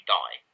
die